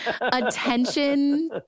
Attention